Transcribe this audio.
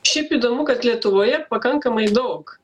šiaip įdomu kad lietuvoje pakankamai daug